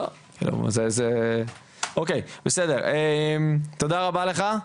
תודה רבה לך.